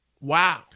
Wow